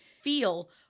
feel